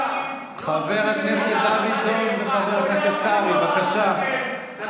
חבר הכנסת דוידסון וחבר הכנסת קרעי, בבקשה.